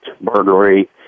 burglary